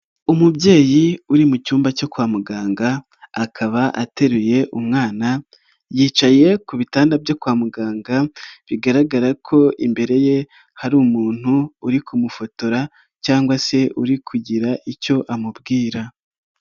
Umubyeyi uri mu cyumba cyo kwa muganga akaba ateruye umwana, yicaye ku bitanda byo kwa muganga bigaragara ko imbere ye hari umuntu uri kumufotora cyangwa se uri kugira icyo amubwira.